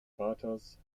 vaters